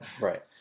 Right